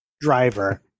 driver